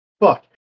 Fuck